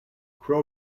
crow